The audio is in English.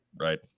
Right